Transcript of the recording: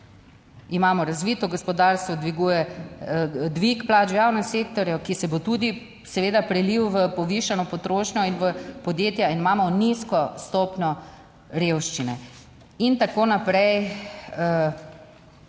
Imamo razvito gospodarstvo, dviguje dvig plač v javnem sektorju, ki se bo tudi seveda prelil v povišano potrošnjo in v podjetja in imamo nizko stopnjo revščine in tako naprej.